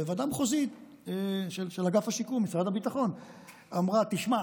הוועדה המחוזית של אגף השיקום במשרד הביטחון אמרה: תשמע,